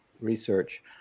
research